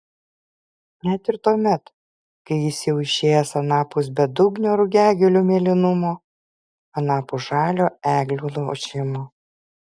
net ir tuomet kai jis jau išėjęs anapus bedugnio rugiagėlių mėlynumo anapus žalio eglių ošimo